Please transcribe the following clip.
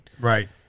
right